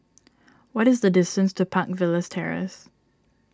what is the distance to Park Villas Terrace